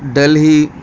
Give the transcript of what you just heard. Delhi